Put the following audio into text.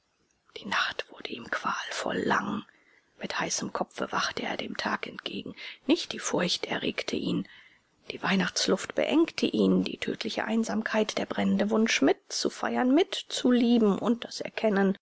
die nacht wurde ihm qualvoll lang mit heißem kopfe wachte er dem tag entgegen nicht die furcht erregte ihn die weihnachtsluft beengte ihn die tödliche einsamkeit der brennende wunsch mit zu feiern mit zu lieben und das erkennen